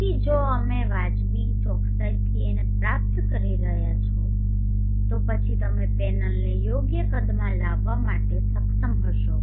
તેથી જો અમે વાજબી ચોકસાઈથી આને પ્રાપ્ત કરી શક્યા હો તો પછી તમે પેનલને યોગ્ય કદમાં લાવવા માટે સક્ષમ હશો